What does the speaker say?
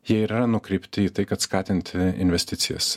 jie yra nukreipti į tai kad skatint i investicijas